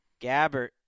Gabbert